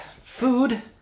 food